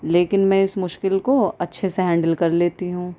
لیکن میں اس مشکل کو اچھے سے ہینڈل کر لیتی ہوں